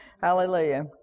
Hallelujah